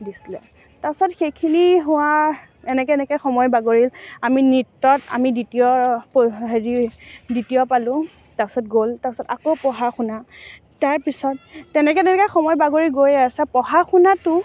দিছিলে তাৰ পাছত সেইখিনি হোৱাৰ এনেকৈ এনেকৈ সময় বাগৰিল আমি নৃত্যত আমি দ্বিতীয় হেৰি দ্বিতীয় পালোঁ তাৰ পাছত গ'ল তাৰ পাছত আকৌ পঢ়া শুনা তাৰ পিছত তেনেকৈ তেনেকৈ সময় বাগৰি গৈয়ে আছে পঢ়া শুনাটো